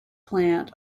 plant